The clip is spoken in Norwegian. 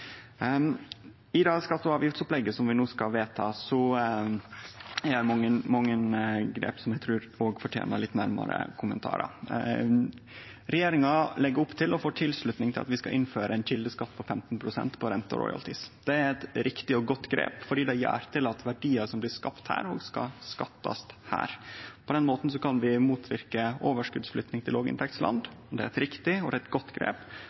I skatte- og avgiftsopplegget vi no skal vedta, er det mange grep som eg trur fortener litt nærmare kommentarar. Regjeringa legg opp til, og får tilslutning til, at vi skal innføre ein kjeldeskatt på 15 pst. på renter og royaltyar. Det er eit riktig og godt grep fordi det gjer at verdiar som blir skapte her, òg skal skattast her. På den måten kan vi motverke overskotsflytting til låginntektsland, og det er eit riktig og godt grep